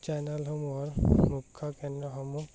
চেনেলসমূহৰ মুখ্য কেন্দ্ৰসমূহ